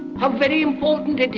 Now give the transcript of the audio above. how very important it